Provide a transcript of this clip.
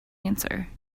answer